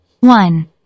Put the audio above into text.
one